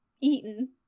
eaten